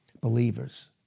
believers